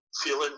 feeling